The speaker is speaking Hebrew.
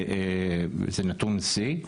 זה נתון שיא,